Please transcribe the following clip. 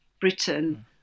Britain